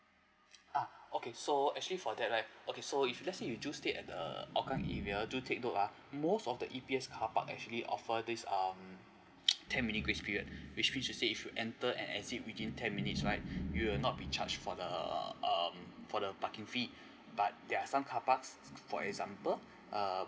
uh okay so actually for that right okay so if let's say you do stay at the hougang area do take note uh most of the E_P_S carpark actually offer this um ten minute grace period which is to say if you enter and exit within ten minutes right you will not be charged for the um for the parking fee but there are some carparks for example err